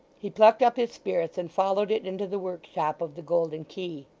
he plucked up his spirits, and followed it into the workshop of the golden key.